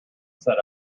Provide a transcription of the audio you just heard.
said